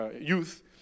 youth